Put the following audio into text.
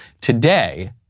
Today